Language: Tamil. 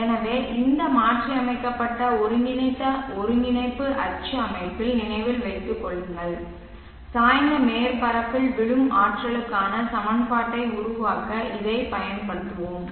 எனவே இந்த மாற்றியமைக்கப்பட்ட ஒருங்கிணைந்த ஒருங்கிணைப்பு அச்சு அமைப்பை நினைவில் வைத்துக் கொள்ளுங்கள் சாய்ந்த மேற்பரப்பில் விழும் ஆற்றலுக்கான சமன்பாட்டை உருவாக்க இதைப் பயன்படுத்துவோம்